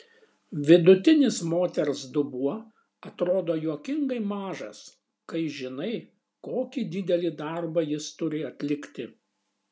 vidutinis moters dubuo atrodo juokingai mažas kai žinai kokį didelį darbą jis turi atlikti